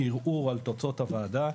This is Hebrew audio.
ערעור על תוצאות הוועדה,